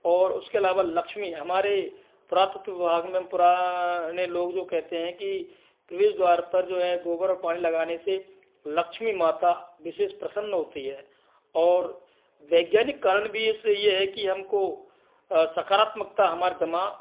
और उसके अलावा लक्ष्मी हमारे पुरातत्व विभाग में पुराने लोग जो कहते हैं कि प्रवेश द्वार पर जो है गोबर और पानी लगाने से लक्ष्मी माता विशेष प्रसन्न होती हैं और वैज्ञानिक कारण भी इसमें ये है कि हमको सकारात्मकता हमारे दिमाग